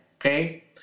okay